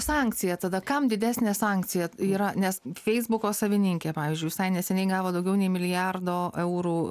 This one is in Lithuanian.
sankcija tada kam didesnė sankcija yra nes feisbuko savininkė pavyzdžiui visai neseniai gavo daugiau nei milijardo eurų